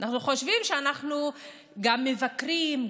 אנחנו חושבים שאנחנו גם מבקרים,